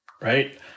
right